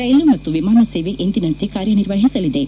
ರೈಲು ಮತ್ತು ವಿಮಾನ ಸೇವೆ ಎಂದಿನಂತ ಕಾರ್ಯನಿರ್ವಹಿಸಲಿವೆ